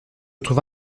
trouve